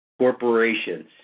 corporations